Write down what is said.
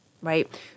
right